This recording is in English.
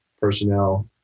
personnel